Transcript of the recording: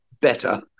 better